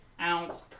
ounce